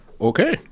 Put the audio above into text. Okay